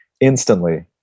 instantly